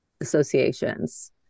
associations